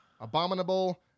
Abominable